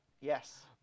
yes